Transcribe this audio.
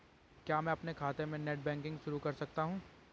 क्या मैं अपने खाते में नेट बैंकिंग शुरू कर सकता हूँ?